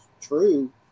true